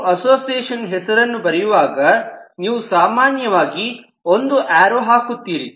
ನೀವು ಅಸೋಸಿಯೇಷನ್ ಹೆಸರನ್ನು ಬರೆಯುವಾಗ ನೀವು ಸಾಮಾನ್ಯವಾಗಿ ಒಂದು ಏರೋ ಹಾಕುತ್ತೀರಿ